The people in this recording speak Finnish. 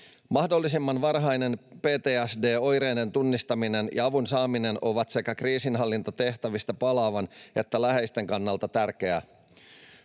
Mahdollisimman varhainen PTSD-oireiden tunnistaminen ja avun saaminen ovat sekä kriisinhallintatehtävistä palaavan että läheisten kannalta tärkeää.